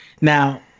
Now